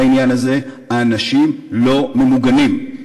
בעניין הזה האנשים לא ממוגנים,